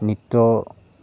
নৃত্য